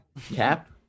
Cap